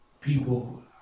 people